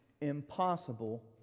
impossible